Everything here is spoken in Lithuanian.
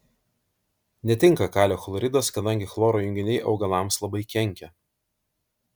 netinka kalio chloridas kadangi chloro junginiai augalams labai kenkia